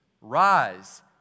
Rise